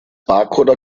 barcode